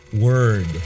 word